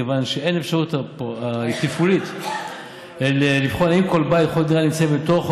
מכיוון שאין אפשרות תפעולית לבחון אם כל בית וכל דירה נמצאים בתוך,